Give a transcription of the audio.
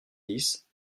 dix